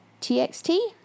txt